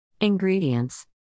Ingredients